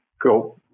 go